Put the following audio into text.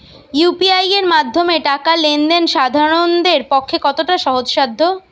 UPI এর মাধ্যমে টাকা লেন দেন সাধারনদের পক্ষে কতটা সহজসাধ্য?